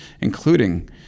including